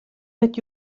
mit